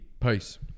Peace